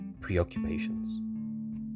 preoccupations